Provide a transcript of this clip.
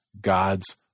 God's